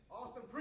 Awesome